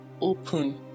open